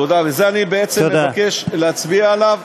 תודה, אני בעצם מבקש להצביע עליו